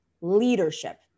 leadership